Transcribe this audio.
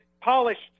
polished